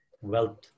wealth